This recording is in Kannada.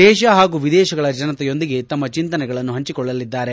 ದೇಶ ಹಾಗೂ ವಿದೇಶಗಳ ಜನತೆಯೊಂದಿಗೆ ತಮ್ಮ ಚಿಂತನೆಗಳನ್ನು ಹಂಚಿಕೊಳ್ಳಲಿದ್ದಾರೆ